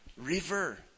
river